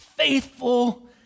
Faithful